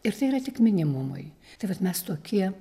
ir tai yra tik minimumui tai vat mes tokie